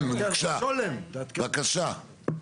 כן, בבקשה.